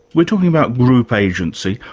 we're talking about group agency.